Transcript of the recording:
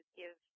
give